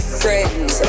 friends